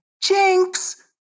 Jinx